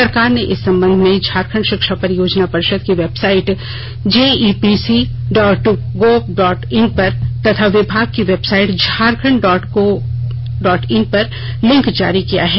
सरकार ने इस संबंध में झारखंड श्रिक्षा परियोजना परिशद की website JEPC dot gov dot in तथा विभाग की website Jharkhand dot gov dot in पर लिंक जारी किया है